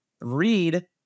read